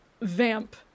vamp